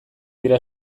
dira